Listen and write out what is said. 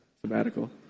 sabbatical